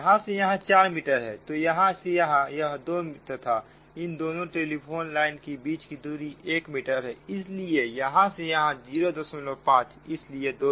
यहां से यहां 4 मीटर है तो यहां से यहां यह 2 तथा इन दोनों टेलीफोन लाइन के बीच की दूरी 1 मीटर है इसलिए यहां से यहां 05 इसलिए 25